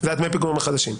זה דמי הפיגורים החדשים.